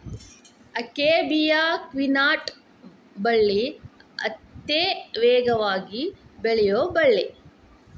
akebia quinata ಬಳ್ಳಿ ಅತೇ ವೇಗವಾಗಿ ಬೆಳಿಯು ಬಳ್ಳಿ